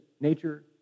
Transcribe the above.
nature